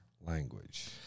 language